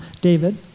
David